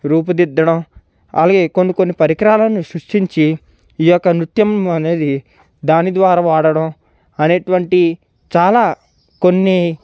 రూపుదిద్దడం అలాగే కొన్ని కొన్ని పరికరాలను సృష్టించి ఈ యొక్క నృత్యం అనేది దాని ద్వారా వాడడం అనేటటువంటి చాలా కొన్ని